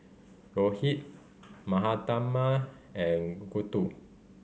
Rohit Mahatma and Gouthu